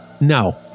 No